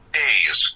days